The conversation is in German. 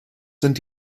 sind